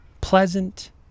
pleasant